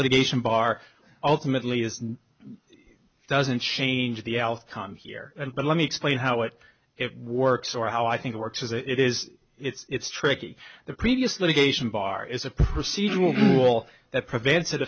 litigation bar ultimately is doesn't change the outcome here but let me explain how it works or how i think it works as it is it's tricky the previous litigation bar is a procedural rule that prevent